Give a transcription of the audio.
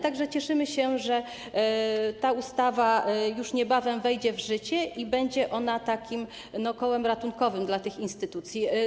Tak więc cieszymy się, że ta ustawa już niebawem wejdzie w życie i że będzie ona kołem ratunkowym dla tych instytucji.